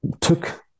took